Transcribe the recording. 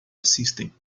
assistem